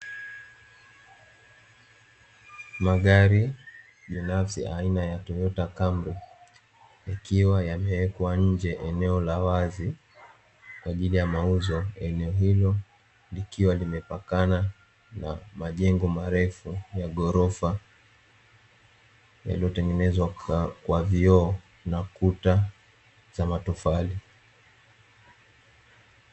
Magari binafsi aina ya Toyota Kalmo yakiwa yamewekwa nje ya eneo la wazi kwa ajili ya mauzo, eneo hilo likiwa limepakana na majengo marefu ya ghorofa yaliyotengenezwa kwa vioo na kuta za matofali.